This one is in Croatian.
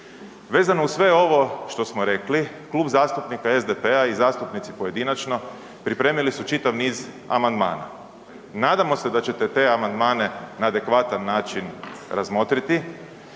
vezano uz sve ovo što smo rekli, Klub zastupnika SDP-a i zastupnici pojedinačno, pripremili su čitav niz amandmana. Nadamo se da ćete te amandmane na adekvatan način razmotriti,